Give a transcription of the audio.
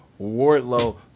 Wardlow